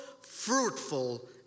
fruitful